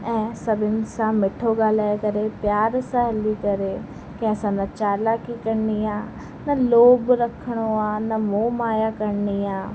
ऐं सभिनि सां मीठो ॻाल्हाए करे प्यार सां हली करे कंहिंसां न चालाकी करिणी आहे न लोभ रखिणो आहे न मोह माया करिणी आ